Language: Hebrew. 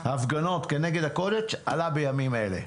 ההפגנות עליו, הוא עלה בימים אלה,